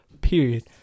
period